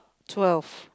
twelve